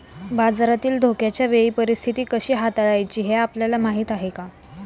बाजारातील धोक्याच्या वेळी परीस्थिती कशी हाताळायची हे आपल्याला माहीत आहे का?